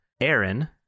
Aaron